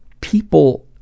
people